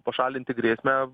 pašalinti grėsmę